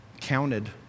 counted